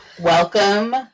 Welcome